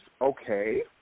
okay